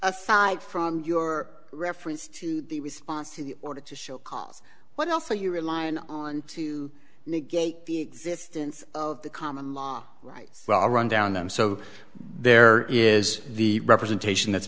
aside from your reference to the response to the order to show cause what else are you relying on to negate the existence of the common law rights well run down them so there is the representation that's